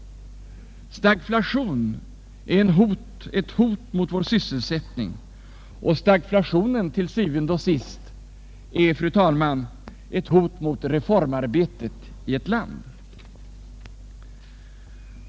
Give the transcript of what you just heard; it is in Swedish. Stagflationen är ett hot mot vår sysselsättning och den är til syvende og sidst, fru talman, ett hot mot reformarbetet i ett land.